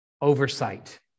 oversight